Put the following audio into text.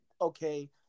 okay